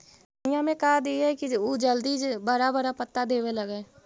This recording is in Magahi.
धनिया में का दियै कि उ जल्दी बड़ा बड़ा पता देवे लगै?